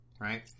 right